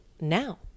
now